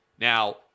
Now